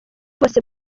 bose